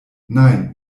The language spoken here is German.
nein